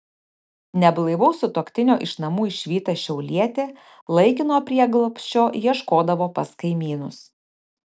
neblaivaus sutuoktinio iš namų išvyta šiaulietė laikino prieglobsčio ieškodavo pas kaimynus